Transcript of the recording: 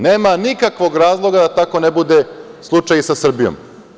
Nema nikakvog razloga da tako ne bude slučaj i sa Srbijom.